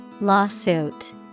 Lawsuit